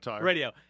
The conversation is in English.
Radio